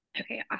Okay